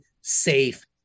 safe